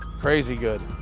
crazy good.